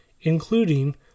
including